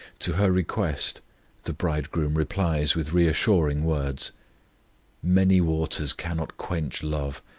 to her request the bridegroom replies with reassuring words many waters cannot quench love,